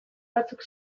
batzuk